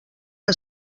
que